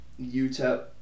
UTEP